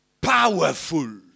Powerful